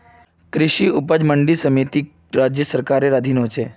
कृषि उपज मंडी समिति राज्य सरकारेर अधीन ह छेक